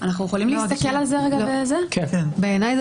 בעיניי,